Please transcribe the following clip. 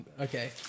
okay